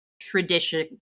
tradition